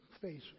face